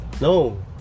no